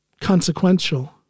consequential